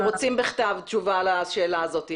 אנחנו רוצים בכתב תושבה לשאלה הזאת.